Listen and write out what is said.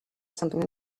something